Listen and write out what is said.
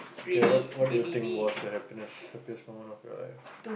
okay what what do you think was the happiness happiest moment of your life